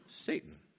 Satan